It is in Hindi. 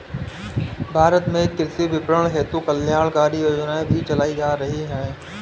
भारत में कृषि विपणन हेतु कल्याणकारी योजनाएं भी चलाई जा रही हैं